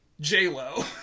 j-lo